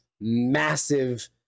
massive